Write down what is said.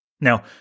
Now